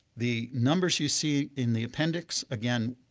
the numbers you see in the appendix, again,